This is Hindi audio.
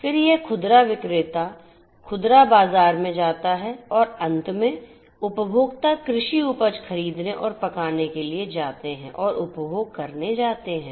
फिर यह खुदरा विक्रेता खुदरा बाजार में जाता है और अंत में उपभोक्ता कृषि उपज खरीदने और पकाने के लिए जाते हैं और वे उपभोग करने जाते हैं